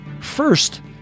first